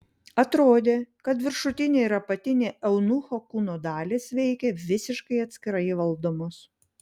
atrodė kad viršutinė ir apatinė eunucho kūno dalys veikė visiškai atskirai valdomos